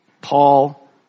Paul